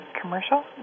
commercial